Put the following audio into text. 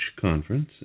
conference